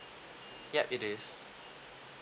yup it is